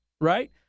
Right